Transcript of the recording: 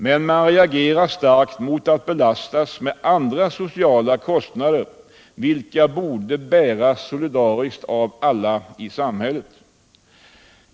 Men man reagerar starkt mot att belastas med andra sociala kostnader, vilka borde bäras solidariskt av alla i samhället.